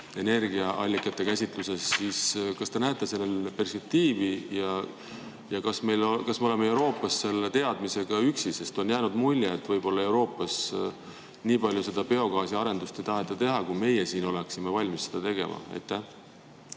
energiaallikate käsitlust? Kas te näete sellel perspektiivi? Ja kas me oleme Euroopas selle teadmisega üksi? Sest on jäänud mulje, et võib‑olla Euroopas nii palju seda biogaasi arendust ei taheta teha, kui meie siin oleksime valmis seda tegema. Aitäh!